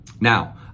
Now